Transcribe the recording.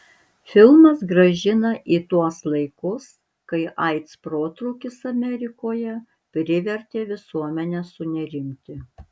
filmas grąžina į tuos laikus kai aids protrūkis amerikoje privertė visuomenę sunerimti